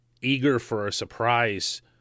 eager-for-a-surprise